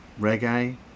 reggae